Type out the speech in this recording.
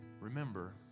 remember